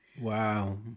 Wow